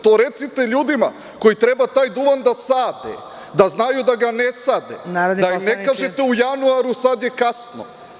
To recite ljudima koji treba taj duvan da sade, da znaju da ga ne sade, da ne kažete to u januaru – sada je kasno.